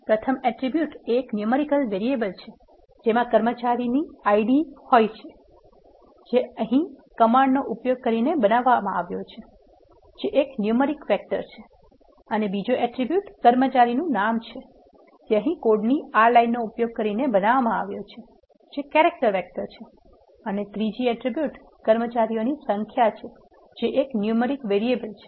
પ્રથમ એટ્રીબ્યુટ એ એક ન્યુમેરિક વેરિયેબલ છે જેમાં કર્મચારી આઈડી હોય છે જે અહીં કમાન્ડનો ઉપયોગ કરીને બનાવવામાં આવ્યો છે જે એક ન્યુમેરિક વેક્ટર છે અને બીજો એટ્રિબ્યુટ કર્મચારી નામ છે જે અહીં કોડની આ લાઇનનો ઉપયોગ કરીને બનાવવામાં આવ્યો છે જે કેરેક્ટર વેક્ટર છે અને ત્રીજી એટ્રિબ્યુટ કર્મચારીઓની સંખ્યા છે જે એક ન્યુમેરિક વેરીએબલ છે